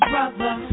Brother